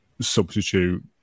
substitute